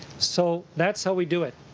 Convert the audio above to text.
so that's how we do it.